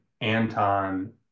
Anton